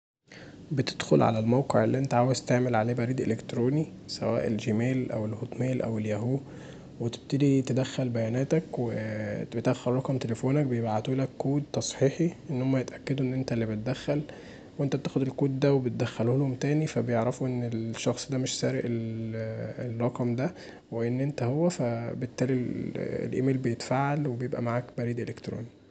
بتدخل علي الموقع اللي انت عايز تعمله بريد اليكتروني سواء الجميل او الهوت ميل او الياهو وتبتدي تدخل بياناتك وتدخل رقم تليفونك، بيبعتولك كود تصحيحي، ان هما يتأكدوا ان انت اللي بتدخل، وانت بتاخد الكود دا وتدخلهولهم تاني فبيعرفوا ان الشخص دا مش سارق الرقم دا وان انت هو فبالتالي الايميل بيتفعل وبيبقي معاك يريد الكتروني.